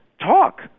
talk